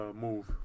move